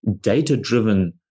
data-driven